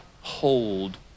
hold